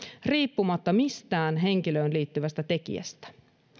riippumatta mistään henkilöön liittyvästä tekijästä